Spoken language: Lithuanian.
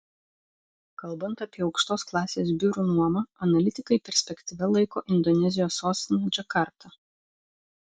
kalbant apie aukštos klasės biurų nuomą analitikai perspektyvia laiko indonezijos sostinę džakartą